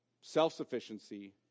self-sufficiency